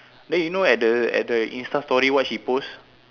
then you know at the at the Insta story what she post